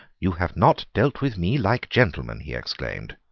you have not dealt with me like gentlemen, he exclaimed.